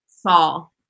Saul